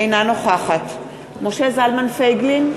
אינה נוכחת משה זלמן פייגלין,